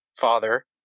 father